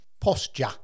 posture